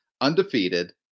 undefeated